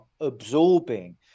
absorbing